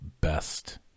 best